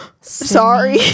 Sorry